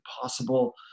possible